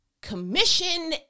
commission